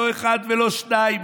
לא אחד ולא שניים,